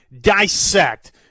dissect